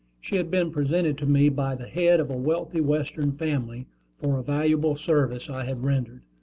she had been presented to me by the head of a wealthy western family for a valuable service i had rendered.